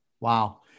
Wow